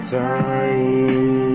time